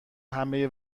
همهی